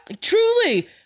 truly